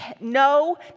no